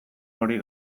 hori